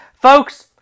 Folks